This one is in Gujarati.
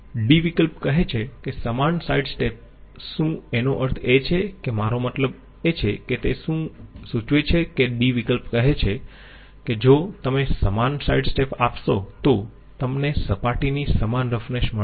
d વિકલ્પ કહે છે કે સમાન સાઈડ સ્ટેપ શું એનો અર્થ એ છે કે મારો મતલબ એ છે કે તે સૂચવે છે કે d વિકલ્પ કહે છે કે જો તમે સમાન સાઈડ સ્ટેપ આપશો તો તમને સપાટીની સમાન રફનેસ મળશે